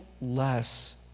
less